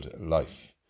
life